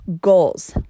Goals